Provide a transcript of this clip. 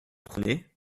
prenez